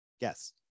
Yes